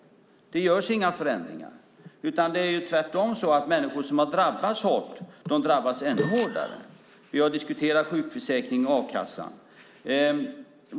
Det görs inga förändringar, utan det är tvärtom så att människor som har drabbats hårt drabbas ännu hårdare. Vi har diskuterat sjukförsäkring och a-kassa.